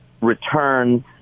returns